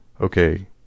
okay